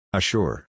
Assure